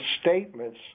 statements